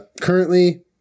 Currently